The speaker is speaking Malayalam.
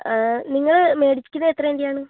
നിങ്ങൾ മേടിക്കുന്നത് എത്രയിതിൻ്റെയാണ്